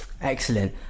Excellent